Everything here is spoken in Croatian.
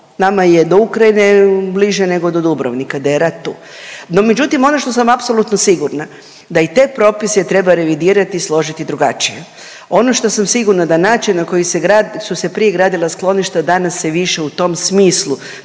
nama je do Ukrajine bliže nego do Dubrovnika i da je rat tu. Međutim, ono što sam apsolutno sigurna da i te propise treba revidirati i složiti drugačije. Ono što sam sigurna, da način na koji se grad, su se prije gradila skloništa danas se više u tom smislu